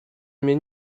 mnie